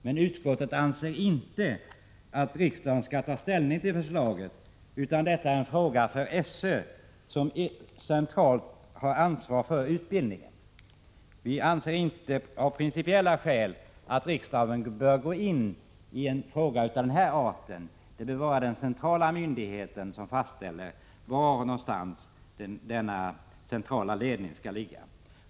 Men utskottet anser inte att riksdagen skall ta ställning till förslaget utan menar att detta är en fråga för skolöverstyrelsen, som centralt har ansvaret för utbildningen. Av principiella skäl anser vi att riksdagen inte skall gå in när det gäller en fråga av den här arten, utan det ankommer på den centrala myndigheten att fastställa var den centrala ledningen skall ligga.